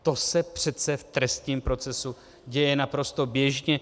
To se přece v trestním procesu děje naprosto běžně.